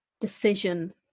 decision